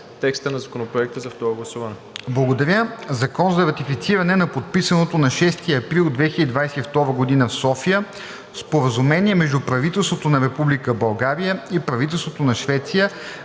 текста на Законопроекта за второ гласуване.